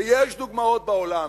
ויש דוגמאות בעולם.